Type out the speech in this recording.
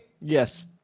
Yes